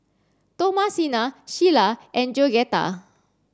Thomasina Shyla and Georgetta